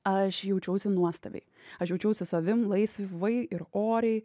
aš jaučiausi nuostabiai aš jaučiausi savim laisvai ir oriai